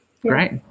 great